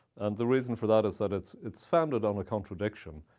and the reason for that is that it's it's founded on a contradiction.